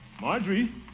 Marjorie